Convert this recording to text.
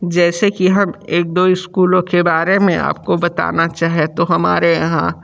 जैसे कि हम एक दो स्कूलों के बारे में आपको बताना चाहे तो हमारे यहाँ